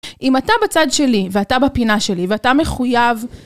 אם אתה בצד שלי, ואתה בפינה שלי, ואתה מחויב...